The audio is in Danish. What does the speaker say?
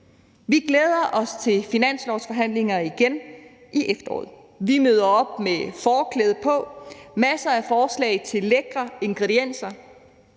Vi glæder os til finanslovsforhandlingerne igen i efteråret. Vi møder op med forklæde på, med masser af forslag til lækre ingredienser